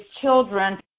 children